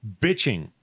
bitching